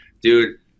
dude